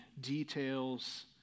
details